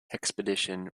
expedition